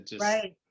Right